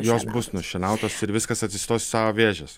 jos bus nušienautos ir viskas atsistos savo vėžes